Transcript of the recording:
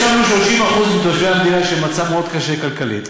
יש לנו 30% מתושבי המדינה שהם במצב מאוד קשה כלכלית,